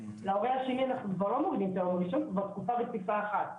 להורה השני אנחנו כבר לא מורידים את היום הראשון כי זו תקופה רציפה אחת.